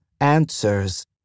answers